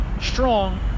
strong